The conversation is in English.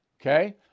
Okay